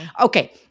Okay